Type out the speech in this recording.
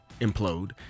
implode